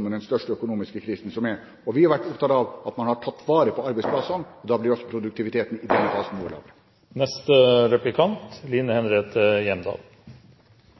med den store økonomiske krisen som er. Vi har vært opptatt av at man har tatt vare på arbeidsplassene. Da blir altså produktiviteten noe lavere. Opprinnelig skulle Stortinget denne